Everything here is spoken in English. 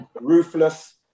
Ruthless